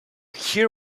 hear